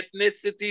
ethnicity